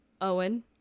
Owen